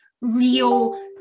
real